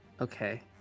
Okay